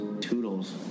Toodles